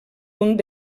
punt